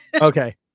okay